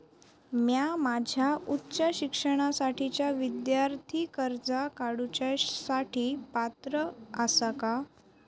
म्या माझ्या उच्च शिक्षणासाठीच्या विद्यार्थी कर्जा काडुच्या साठी पात्र आसा का?